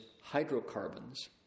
hydrocarbons